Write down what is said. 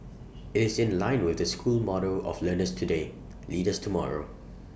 IT is in line with the school motto of learners today leaders tomorrow